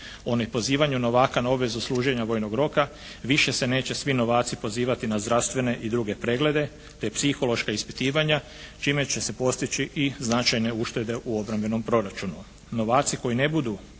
o nepozivanju novaka na obvezu služenja vojnog roka, više se neće svi novaci pozivati na zdravstvene i druge preglede te psihološka ispitivanja čime će se postići i značajne uštede u obrambenom proračunu. Novaci koji ne budu